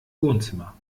wohnzimmer